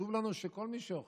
חשוב לנו שכל מי שאוכל,